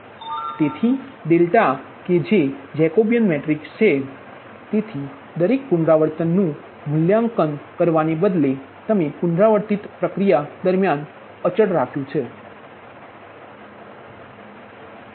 તેથી ડેલ્ટા કે જે જેકોબીન મેટ્રિક્સ છે તેથી દરેક પુનરાવર્તનનું મૂલ્યાંકન કરવાને બદલે તમે પુનરાવર્તિત પ્રક્રિયા દરમ્યાન સતત લખ્યું છે